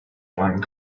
find